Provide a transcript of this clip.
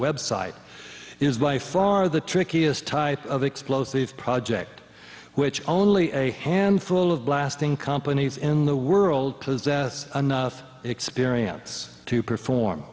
website is by far the trickiest type of explosive project which only a handful of blasting companies in the world possess experience to perform